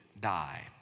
die